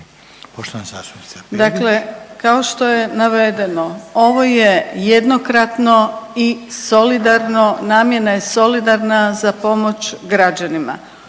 Grozdana (HDZ)** Dakle, kao što je navedeno ovo je jednokratno i solidarno. Namjena je solidarna za pomoć građanima.